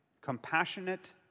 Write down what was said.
compassionate